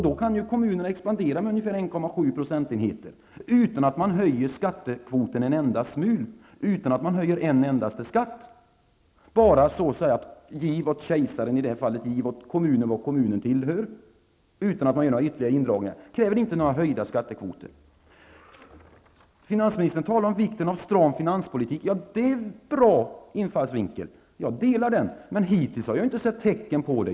Då kan kommunerna expandera med ungefär 1,7 % utan att man höjer skattekvoten och utan att man höjer en endaste skatt. Giv åt kejsaren det kejsaren tillhör, dvs. giv åt kommuner det kommuner tillhör utan att göra några nya indragningar. Det kräver inte några höjda skattekvoter. Finansministern talar om vikten av stram finanspolitik. Det är en bra infallsvinkel. Jag delar den, men hittills har jag inte sett tecken på det.